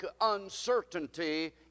uncertainty